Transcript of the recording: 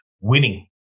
winning